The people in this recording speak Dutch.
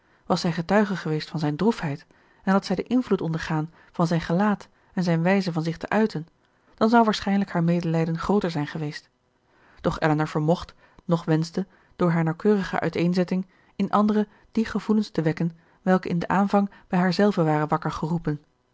was zij getuige geweest van zijne droefheid en had zij den invloed ondergaan van zijn gelaat en zijne wijze van zich te uiten dan zou waarschijnlijk haar medelijden grooter zijn geweest doch elinor vermocht noch wenschte door haar nauwkeurige uiteenzetting in anderen die gevoelens te wekken welke in den aanvang bij haarzelve waren wakker geroepen